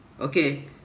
okay